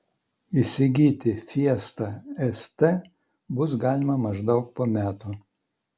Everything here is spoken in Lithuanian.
įsigyti fiesta st bus galima maždaug po metų